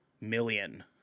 million